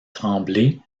tremblay